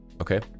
Okay